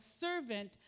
servant